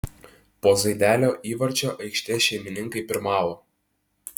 po zaidelio įvarčio aikštės šeimininkai pirmavo